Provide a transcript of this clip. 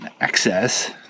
excess